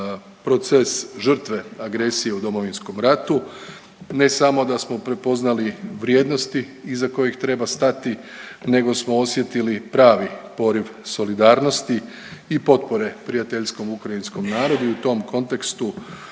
proces žrtve agresije u Domovinskom ratu ne samo da smo prepoznali vrijednosti iza kojih treba stati, nego smo osjetili pravi poriv solidarnosti i potpore prijateljskom ukrajinskom narodu i u tom kontekstu